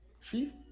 See